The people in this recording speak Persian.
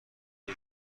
روی